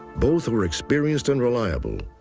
both were experienced and reliable.